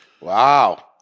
Wow